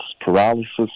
paralysis